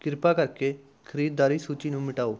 ਕਿਰਪਾ ਕਰਕੇ ਖਰੀਦਦਾਰੀ ਸੂਚੀ ਨੂੰ ਮਿਟਾਓ